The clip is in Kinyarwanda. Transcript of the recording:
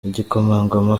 igikomangoma